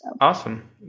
Awesome